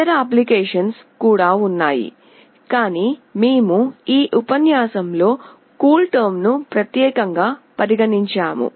ఇతర అప్లికేషన్లు కూడా ఉన్నాయి కానీ మేము ఈ ఉపన్యాసంలో కూల్టెర్మ్ను ప్రత్యేకంగా పరిగణించాము